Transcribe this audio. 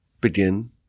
begin